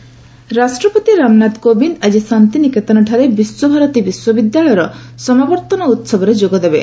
କୋବିନ୍ଦ ବିଶ୍ୱଭାରତୀ ରାଷ୍ଟ୍ରପତି ରାମନାଥ କୋବିନ୍ଦ ଆଜି ଶାନ୍ତିନିକେତନଠାରେ ବିଶ୍ୱଭାରତୀ ବିଶ୍ୱବିଦ୍ୟାଳୟର ସମାବର୍ତ୍ତନ ଉତ୍ସବରେ ଯୋଗଦେବେ